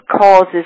causes